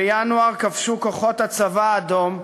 בינואר כבשו כוחות הצבא האדום,